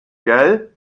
gell